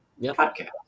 Podcast